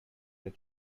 your